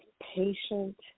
patient